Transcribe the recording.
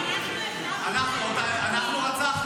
אנחנו רצחנו?